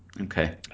Okay